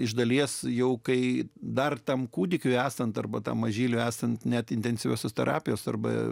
iš dalies jau kai dar tam kūdikiui esant arba tą mažylį esant net intensyviosios terapijos arba